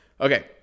Okay